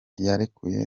yarekuye